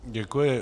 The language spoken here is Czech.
Děkuji.